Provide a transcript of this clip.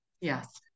yes